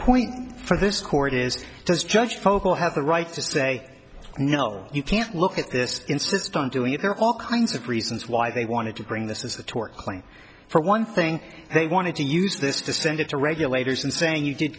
point for this court is does judge vocal have the right to say no you can't look at this insist on doing it there are all kinds of reasons why they wanted to bring this is a tort claim for one thing they wanted to use this to send it to regulators and saying you